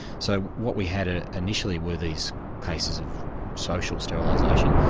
so what we had ah initially were these cases of social sterilisation,